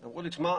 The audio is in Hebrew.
אמרו לי: תשמע,